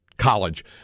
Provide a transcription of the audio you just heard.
College